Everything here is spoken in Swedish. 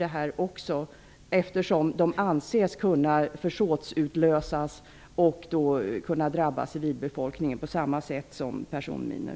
De anses nämligen kunna utlösas försåtligt och drabba civilbefolkningen på samma sätt som personminor.